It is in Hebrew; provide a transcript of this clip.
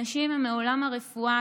אנשים מעולם הרפואה,